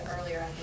earlier